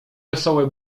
wesołe